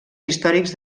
històrics